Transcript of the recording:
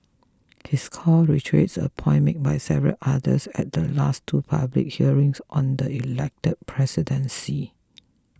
his call reiterates a point made by several others at the last two public hearings on the elected presidency